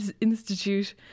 Institute